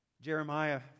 Jeremiah